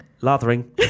Lathering